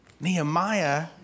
Nehemiah